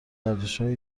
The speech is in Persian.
ارزشهای